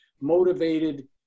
motivated